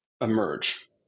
emerge